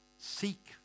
Seek